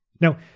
Now